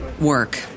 work